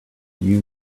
you